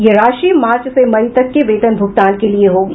यह राशि मार्च से मई तक के वेतन भुगतान के लिये होगी